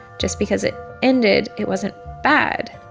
just because it ended, it wasn't bad